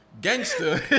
gangster